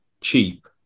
cheap